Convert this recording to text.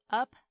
up